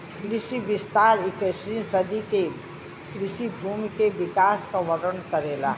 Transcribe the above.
कृषि विस्तार इक्कीसवीं सदी के कृषि भूमि के विकास क वर्णन करेला